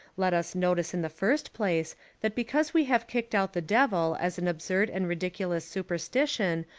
let us notice in the first place that because we have kicked out the devil as an absurd and ridiculous superstition,